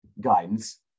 guidance